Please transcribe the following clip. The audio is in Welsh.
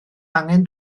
angen